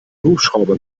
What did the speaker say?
hubschrauber